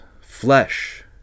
Flesh